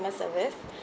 service